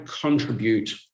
contribute